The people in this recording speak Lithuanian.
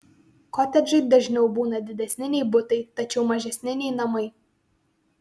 kotedžai dažniau būna didesni nei butai tačiau mažesni nei namai